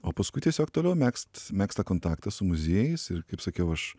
o paskui tiesiog toliau megzt megzt tą kontaktą su muziejais ir kaip sakiau aš